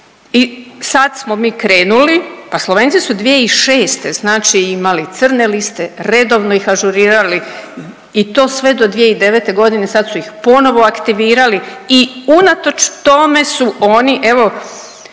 I sad smo mi krenuli, pa Slovenci su 2006. znači imali crne liste, redovno ih ažurirali i to sve do 2009.g., sad su ih ponovo aktivirali i unatoč tome su oni evo